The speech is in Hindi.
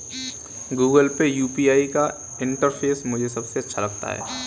गूगल पे यू.पी.आई का इंटरफेस मुझे सबसे अच्छा लगता है